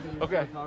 Okay